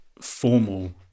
formal